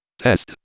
test